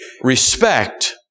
Respect